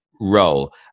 role